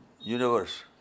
universe